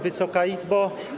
Wysoka Izbo!